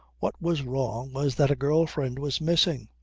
what was wrong was that a girl-friend was missing.